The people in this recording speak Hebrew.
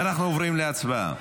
ואנחנו עוברים להצבעה.